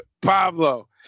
Pablo